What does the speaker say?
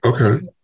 Okay